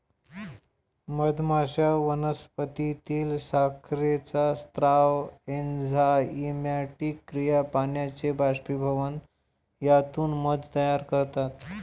मधमाश्या वनस्पतीतील साखरेचा स्राव, एन्झाइमॅटिक क्रिया, पाण्याचे बाष्पीभवन यातून मध तयार करतात